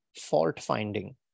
fault-finding